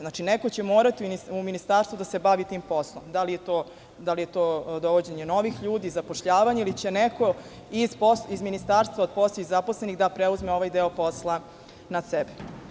Znači, neko će morati u ministarstvu da se bavi tim poslom, da li je to dovođenje novih ljudi, zapošljavanje ili će neko iz ministarstva od zaposlenih da preuzme ovaj deo posla na sebe.